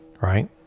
right